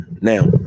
now